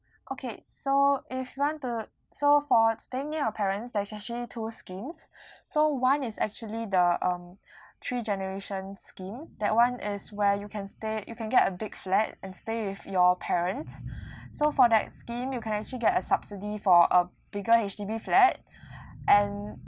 okay so if you want to so for staying near our parents there's actually two schemes so one is actually the um three generations scheme that one as where you can stay you can get a big flat and stay with your parents so for that scheme you can actually get a subsidy for a bigger H_D_B flat and